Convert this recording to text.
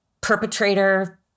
perpetrator